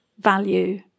value